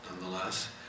Nonetheless